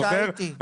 אני טעיתי,